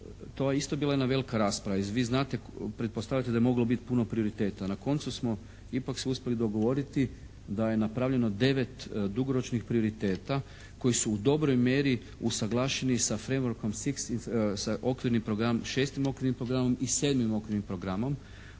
To je isto bila jedna velika rasprava i vi znate, pretpostavljate da je moglo biti puno prioriteta. Na koncu smo ipak se uspjeli dogovoriti da je napravljeno 9 dugoročnih prioriteta koji su u dobroj mjeri usaglašeni sa …/Govornik se ne razumije./… sa okvirnim programom,